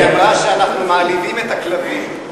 היא אמרה שאנחנו מעליבים את הכלבים.